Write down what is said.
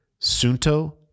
Sunto